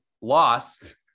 lost